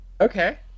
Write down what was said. Okay